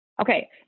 Okay